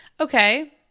Okay